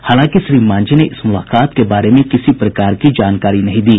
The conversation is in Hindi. हालांकि श्री मांझी ने इस मुलाकात के बारे में किसी प्रकार की जानकारी नहीं दी